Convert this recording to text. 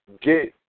get